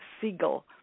Siegel